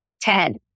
TED